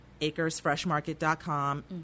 acresfreshmarket.com